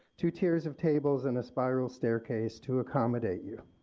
two tiers of tables and a spiral staircase to accommodate you.